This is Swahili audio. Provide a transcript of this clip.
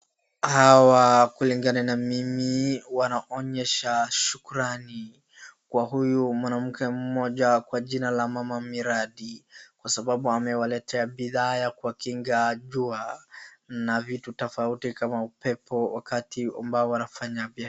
Hawa kulingana na mimi wanaonyesha shukrani kwa huyu mwanamke mmoja kwa jina la mama Miradi kwa sababu amewaletea bidhaa ya kuwakiga jua na vitu tofauti kama upepo wakati ambao wanafanya biashara.